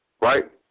right